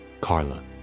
Carla